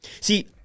see